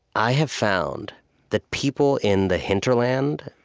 i have found that people in the hinterland,